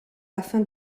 afin